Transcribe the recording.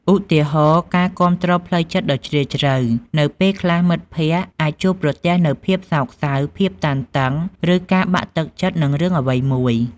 ឧទាហរណ៍ ការគាំទ្រផ្លូវចិត្តដ៏ជ្រាលជ្រៅ នៅពេលខ្លះមិត្តភក្តិអាចជួបប្រទះនូវភាពសោកសៅ ភាពតានតឹង ឬការបាក់ទឹកចិត្តនឹងរឿងអ្វីមួយ។